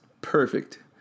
perfect